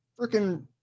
freaking